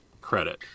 credit